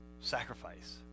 sacrifice